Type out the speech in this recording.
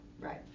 Right